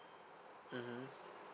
mmhmm